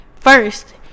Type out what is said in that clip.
First